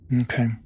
Okay